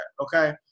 okay